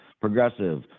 progressive